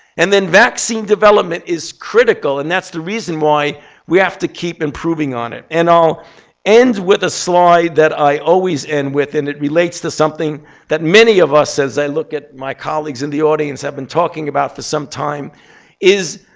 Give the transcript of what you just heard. and then vaccine development is critical, and that's the reason why we have to keep improving on it. and i'll end with a slide that i always end with, and it relates to something that many of us, as i look at my colleagues in the audience, have been talking about for some time is,